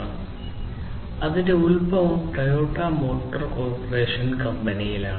അതിനാൽ അതിന്റെ ഉത്ഭവം ടൊയോട്ട മോട്ടോർ കോർപ്പറേഷൻ കമ്പനിയിലാണ്